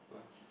plus